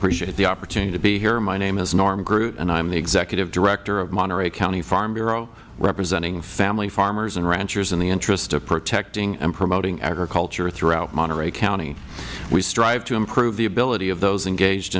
appreciate the opportunity to be here my name is norm groot and i am the executive director of the monterey county farm bureau representing family farmers and ranchers in the interest of protecting and promoting agriculture throughout monterey county we strive to improve the ability of those engaged